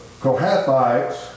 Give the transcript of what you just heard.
Kohathites